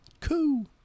cool